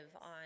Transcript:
on